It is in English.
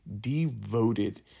devoted